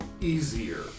easier